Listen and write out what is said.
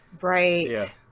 Right